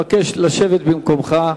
אבקש שתשב במקומך.